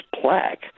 plaque